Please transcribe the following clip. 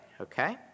Okay